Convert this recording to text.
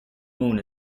moon